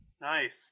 Nice